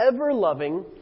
ever-loving